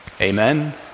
Amen